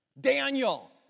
Daniel